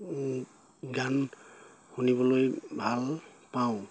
গান শুনিবলৈ ভাল পাওঁ